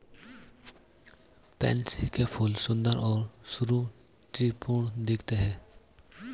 pansy के फूल सुंदर और सुरुचिपूर्ण दिखते हैं